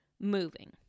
moving